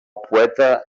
poeta